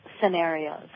scenarios